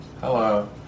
Hello